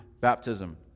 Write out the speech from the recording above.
baptism